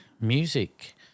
music